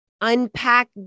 unpack